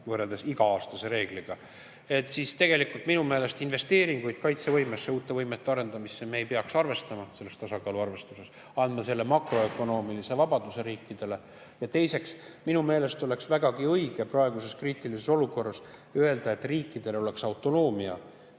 võrreldes iga-aastase reegliga, siis tegelikult minu meelest investeeringuid kaitsevõimesse, uute võimete arendamisse me ei peaks arvestama selles tasakaaluarvestuses, [vaid peaksime] andma selle makroökonoomilise vabaduse riikidele. Ja teiseks, minu meelest oleks vägagi õige praeguses kriitilises olukorras öelda, et riikidel oleks autonoomia